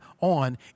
on